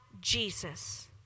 Jesus